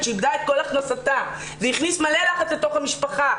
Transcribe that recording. שאיבדו את כל הכנסתם והכניסו מלא לחץ לתוך המשפחה,